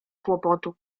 kłopotu